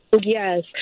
Yes